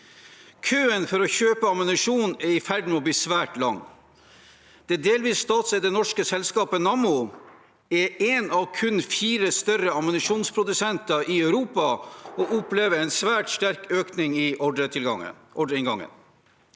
Køen for å kjøpe ammunisjon er i ferd med å bli svært lang. Det delvis statseide norske selskapet Nammo er en av kun fire større ammunisjonsprodusenter i Europa, og de opplever en svært sterk økning i ordreinngangen.